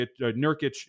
Nurkic